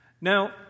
Now